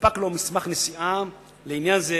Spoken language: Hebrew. יונפק לו מסמך נסיעה לעניין זה